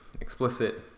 explicit